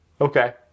okay